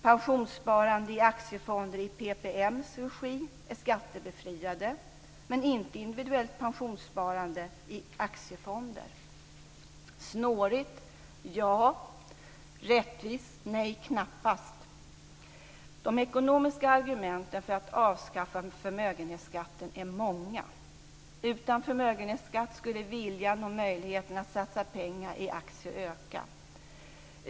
Pensionssparande i aktiefonder i PPM:s regi är skattebefriat men inte individuellt pensionssparande i aktiefonder. Snårigt? Ja. Rättvist? Nej knappast. De ekonomiska argumenten för att avskaffa förmögenhetsskatten är många. Utan förmögenhetsskatt skulle viljan och möjligheten att satsa pengar i aktier öka.